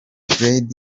fred